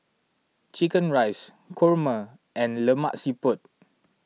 Chicken Rice Kurma and Lemak Siput